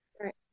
Right